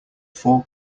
four